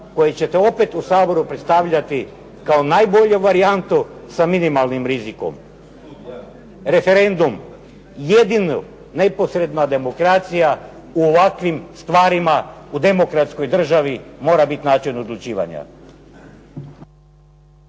koji ćete opet u Saboru predstavljati kao najbolju varijantu sa minimalnim rizikom. Referendum, jedina neposredna demokracija u ovakvim stvarima u demokratskoj državi mora biti način odlučivanja.